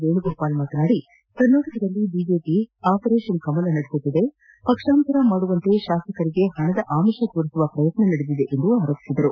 ವೇಣುಗೋಪಾಲ್ ಮಾತನಾಡಿ ಕರ್ನಾಟಕದಲ್ಲಿ BJP operation Kamala ನಡೆಸುತ್ತಿದೆ ಪಕ್ಷಾಂತರ ಮಾಡುವಂತೆ ಶಾಸಕರಿಗೆ ಹಣದ ಆಮಿಷ ತೋರಿಸುವ ಪ್ರಯತ್ನ ನಡೆದಿದೆ ಎಂದು ಆರೋಪಿಸಿದರು